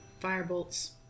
firebolts